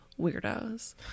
weirdos